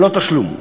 ללא תשלום.